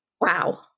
Wow